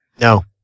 No